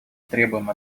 требуем